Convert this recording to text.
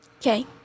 Okay